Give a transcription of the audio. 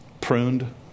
pruned